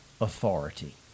authority